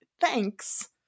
thanks